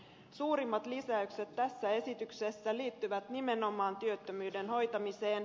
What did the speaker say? suurimmat lisäykset tässä esityksessä liittyvät nimenomaan työttömyyden hoitamiseen